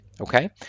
okay